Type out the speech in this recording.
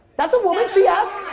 that's a woman, she asked.